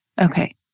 Okay